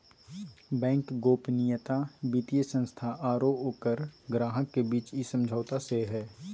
bank गोपनीयता वित्तीय संस्था आरो ओकर ग्राहक के बीच इ समझौता से हइ